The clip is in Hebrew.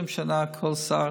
20 שנה כל שר